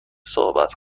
صحبت